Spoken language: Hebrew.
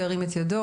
מי נגד?